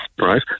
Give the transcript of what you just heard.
right